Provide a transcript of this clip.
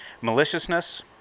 maliciousness